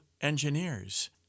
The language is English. engineers